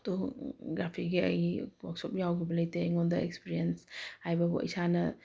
ꯐꯣꯇꯣꯒ꯭ꯔꯥꯐꯤꯒꯤ ꯑꯩ ꯋꯥꯛꯁꯣꯞ ꯌꯥꯎꯈꯤꯕ ꯂꯩꯇꯦ ꯑꯩꯉꯣꯟꯗ ꯑꯦꯛꯁꯄꯤꯔꯤꯌꯦꯟꯁ ꯍꯥꯏꯕꯨ ꯏꯁꯥꯅ